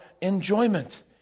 enjoyment